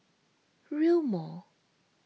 Rail Mall